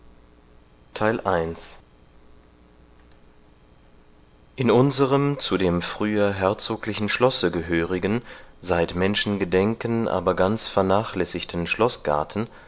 in unserem zu dem früher herzoglichen schlosse gehörigen seit menschengedenken aber ganz vernachlässigten schloßgarten